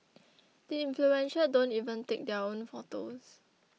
the influential don't even take their own photos